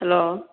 hello